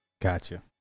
Gotcha